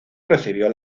recibió